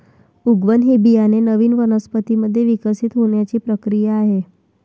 उगवण ही बियाणे नवीन वनस्पतीं मध्ये विकसित होण्याची प्रक्रिया आहे